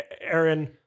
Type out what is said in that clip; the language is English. Aaron